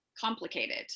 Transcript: complicated